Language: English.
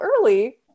early